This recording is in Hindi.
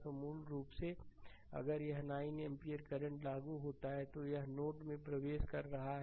तो मूल रूप से अगर यह 9 एम्पीयर करंट लागू होता है तो नोड में प्रवेश कर रहा है